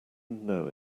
know